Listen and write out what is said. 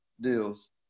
deals